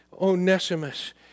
Onesimus